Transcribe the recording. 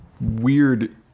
weird